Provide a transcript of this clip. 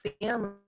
family